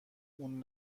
اون